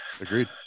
Agreed